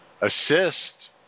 assist